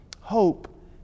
hope